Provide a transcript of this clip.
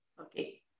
Okay